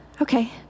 Okay